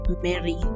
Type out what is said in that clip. Mary